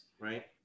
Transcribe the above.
right